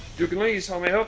duke and lee's, how may ah